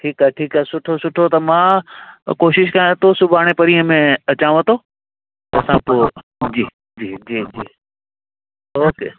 ठीकु आहे ठीकु आहे सुठो सुठो त मां कोशिशि कयां थो सुभाणे पणिए में अचांव थो असां पोइ जी जी जी जी ओके